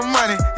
money